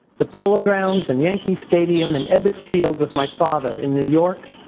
the polar grounds and yankee stadium and ebbit's field with my father in new york,